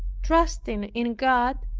trusting in god,